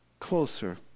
closer